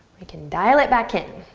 we can dial it back in.